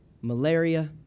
malaria